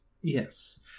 Yes